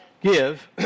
give